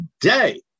today